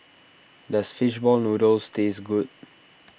does Fish Ball Noodles taste good